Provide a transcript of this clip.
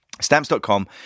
Stamps.com